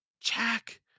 Jack